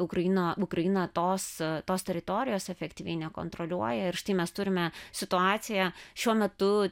ukraina ukraina tos tos teritorijos efektyviai nekontroliuoja ir štai mes turime situaciją šiuo metu